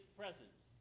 presence